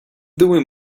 doing